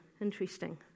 Interesting